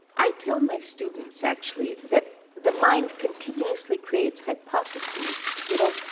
i tell my students, actually, that the mind continuously creates hypotheses. you know,